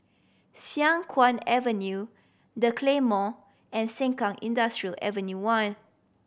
Siang Kuang Avenue The Claymore and Sengkang Industrial Avenue One